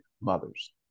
mothers